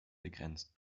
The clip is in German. begrenzt